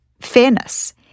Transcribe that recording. fairness